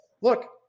look